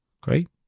great